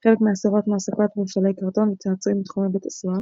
חלק מהאסירות מועסקות במפעלי קרטון וצעצועים בתחומי בית הסוהר.